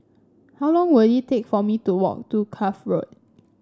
how long will it take for me to walk to Cuff Road